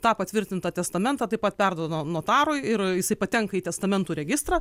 tą patvirtintą testamentą taip pat perduoda notarui ir jisai patenka į testamentų registrą